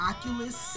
Oculus